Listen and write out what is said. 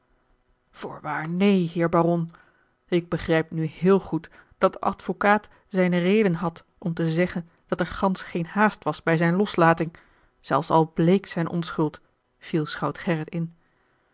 voorwaar neen heer baron ik begrijp nu heel goed dat de advocaat zijne redenen had om te zeggen dat er gansch geene haast was bij zijne loslating zelfs al bleek zijne onschuld viel schout gerrit in